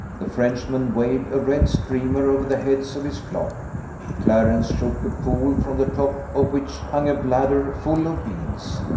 the frenchman waved a red streamer over the heads of his flock clarence shook a pole, from the top of which hung a bladder full of beans.